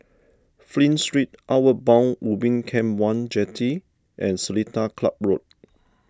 Flint Street Outward Bound Ubin Camp one Jetty and Seletar Club Road